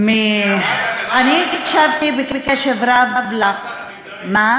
אני הקשבתי בקשב רב, לדבר